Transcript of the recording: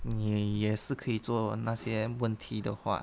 你也是可以做那些问题的话